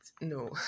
no